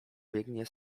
biegnie